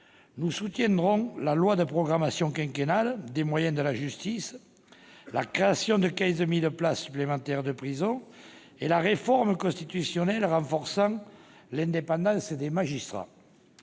Nous soutiendrons la loi quinquennale de programmation des moyens de la justice, la création de 15 000 places supplémentaires de prison et la réforme constitutionnelle renforçant l'indépendance des magistrats.